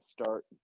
start